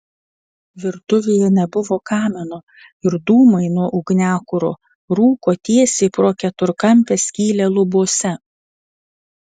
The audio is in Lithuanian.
virtuvėje nebuvo kamino ir dūmai nuo ugniakuro rūko tiesiai pro keturkampę skylę lubose